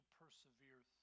persevere